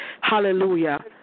Hallelujah